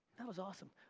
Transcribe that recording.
that was awesome!